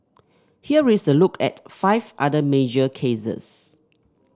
here is a look at five other major cases